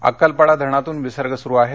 अक्कलपाडा धरणातून विसर्ग सुरु आहे